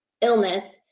illness